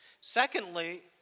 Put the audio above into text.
Secondly